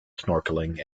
snorkeling